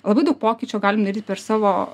labai daug pokyčio galim daryt per savo